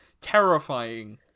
terrifying